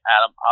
Adam